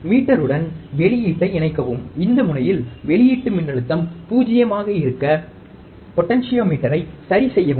மீட்டருடன் வெளியீட்டை இணைக்கவும் இந்த முனையில் வெளியீட்டு மின்னழுத்தம் 0 ஆக இருக்க பொட்டென்டோமீட்டரை சரிசெய்யவும்